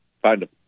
find